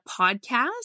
podcast